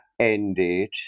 ended